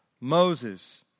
Moses